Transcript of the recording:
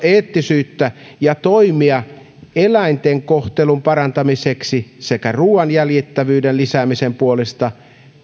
eettisyyttä ja toimia eläinten kohtelun parantamiseksi sekä ruuan jäljitettävyyden lisäämisen puolesta